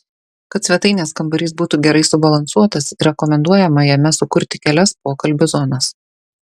kad svetainės kambarys būtų gerai subalansuotas rekomenduojama jame sukurti kelias pokalbių zonas